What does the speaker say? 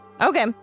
Okay